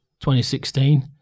2016